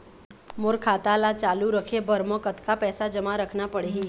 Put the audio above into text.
मोर खाता ला चालू रखे बर म कतका पैसा जमा रखना पड़ही?